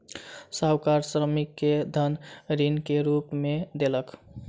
साहूकार श्रमिक के धन ऋण के रूप में देलक